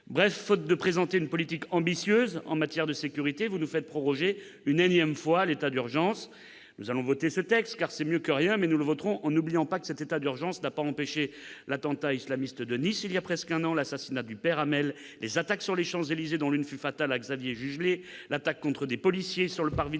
Bref, faute de présenter une politique ambitieuse en matière de sécurité, vous nous faites proroger une énième fois l'état d'urgence ! Nous allons voter ce texte, car c'est mieux que rien, mais nous le voterons en n'oubliant pas que cet état d'urgence n'a pas empêché l'attentat islamiste de Nice, il y a presque un an, l'assassinat du père Hamel, les attaques sur les Champs-Élysées, dont l'une fut fatale à Xavier Jugelé, l'attaque contre des policiers sur le parvis de Notre-Dame,